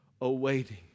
awaiting